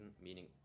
meaning